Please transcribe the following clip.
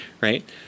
right